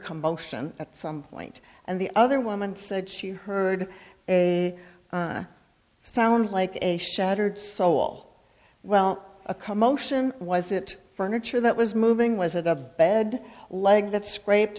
commotion at some point and the other woman said she heard a sound like a shattered so all well a commotion was it furniture that was moving was it a bad leg that scraped